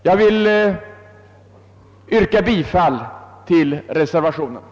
Jag yrkar bifall till reservationen 1.